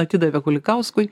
atidavė kulikauskui